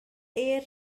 air